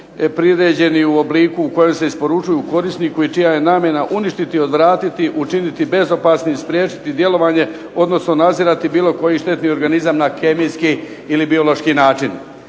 priređenih u obliku u kojem se isporučuju korisniku i čija je namjena uništiti, odvratiti, učiniti bezopasnim, spriječiti djelovanje, odnosno nazirati bilo koji štetni organizam na kemijski ili biološki način.